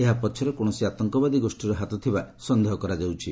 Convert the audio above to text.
ଏହା ପଛରେ କୌଣସି ଆତଙ୍କବାଦୀ ଗୋଷ୍ଠୀର ହାତ ଥିବା ସନ୍ଦେହ କରାଯାଉଛି